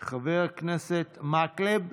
חבר הכנסת מקלב,